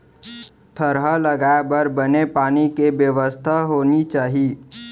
थरहा लगाए बर बने पानी के बेवस्था होनी चाही